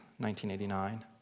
1989